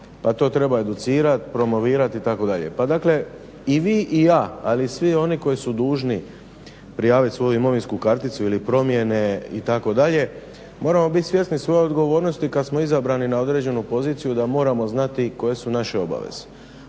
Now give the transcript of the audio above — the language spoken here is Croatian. pa to treba educirati, promovirati itd. Pa dakle i vi i ja, ali i svi oni koji su dužni prijaviti svoju imovinsku karticu ili promjene itd. moramo biti svjesni svoje odgovornosti kad smo izabrani na određenu poziciju da moramo znati koje su naše obaveze.